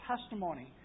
testimony